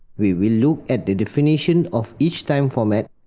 we will look at the definition of each time format.